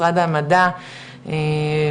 משרד המדע והחלל,